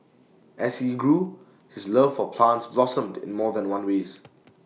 as he grew his love for plants blossomed in more than one ways